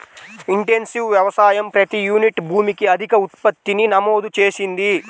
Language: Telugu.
ఇంటెన్సివ్ వ్యవసాయం ప్రతి యూనిట్ భూమికి అధిక ఉత్పత్తిని నమోదు చేసింది